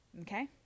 Okay